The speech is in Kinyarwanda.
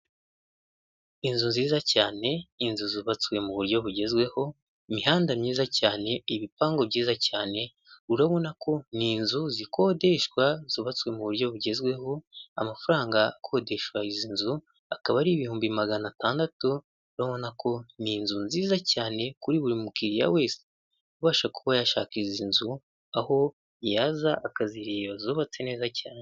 Inzu nziza cyane inzu zubatswe mu buryo bugezweho, imihanda myiza cyane ibipangu byiza cyane urabona ko ni inzu zikodeshwa zubatswe mu buryo bugezweho, amafaranga akodeshaga izi nzu akaba ari ibihumbi magana atandatu babona ko ni inzu nziza cyane kuri buri mukiriya wese, ubasha kuba yashakira izi inzu aho yaza akazireba zubatse neza cyane.